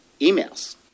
emails